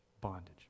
bondage